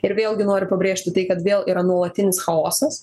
ir vėlgi noriu pabrėžti tai kad vėl yra nuolatinis chaosas